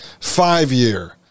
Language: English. five-year